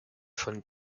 von